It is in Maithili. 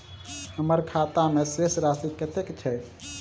हम्मर खाता मे शेष राशि कतेक छैय?